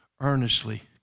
earnestly